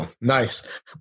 nice